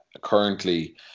currently